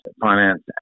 finance